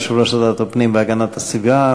יושב-ראש ועדת הפנים והגנת הסביבה,